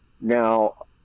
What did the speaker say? Now